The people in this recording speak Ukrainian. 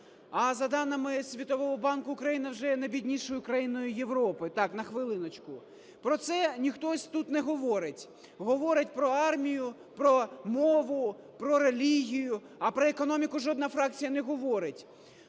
А, за даними Світового банку, Україна вже є найбіднішою країною Європи, так, на хвилиночку. Про це ніхто тут не говорить. Говорить про армію, про мову, про релігію, а про економіку жодна фракція не говорить.